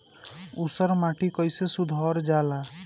ऊसर माटी कईसे सुधार जाला?